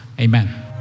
Amen